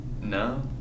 No